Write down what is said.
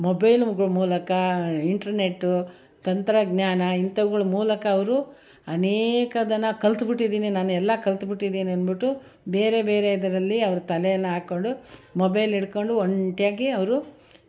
ಮೊಬೈಲ್ಗಳು ಮೂಲಕ ಇಂಟರ್ನೆಟ್ ತಂತ್ರಜ್ಞಾನ ಇಂಥವ್ಗಳ ಮೂಲಕ ಅವರು ಅನೇಕದನ್ನು ಕಲಿತ್ಬಿಟ್ಟಿದೀನಿ ನಾನು ಎಲ್ಲ ಕಲಿತ್ಬಿಟ್ಟಿದೀನಿ ಅಂದ್ಬಿಟ್ಟು ಬೇರೆ ಬೇರೆದರಲ್ಲಿ ಅವ್ರ ತಲೆನ ಹಾಕ್ಕೊಂಡು ಮೊಬೈಲ್ ಹಿಡ್ಕೊಂಡು ಒಂಟಿಯಾಗಿ ಅವರು